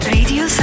Radio